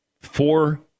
four